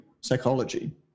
psychology